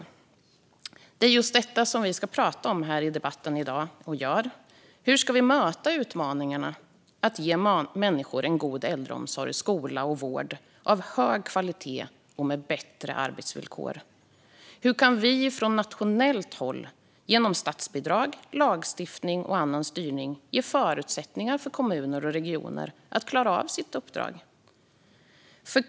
Det är just detta som vi ska tala om här i debatten i dag: Hur ska vi möta utmaningarna att ge människor god äldreomsorg, skola och vård av hög kvalitet och med bättre arbetsvillkor? Hur kan vi från nationellt håll genom statsbidrag, lagstiftning och annan styrning ge förutsättningar för kommuner och regioner att klara av sitt uppdrag?